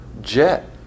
jet